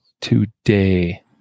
today